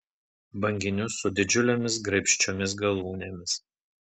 banginius su didžiulėmis graibščiomis galūnėmis